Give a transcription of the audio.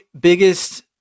biggest